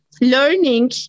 learning